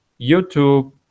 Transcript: YouTube